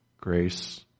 grace